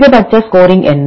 அதிகபட்ச ஸ்கோரிங் என்ன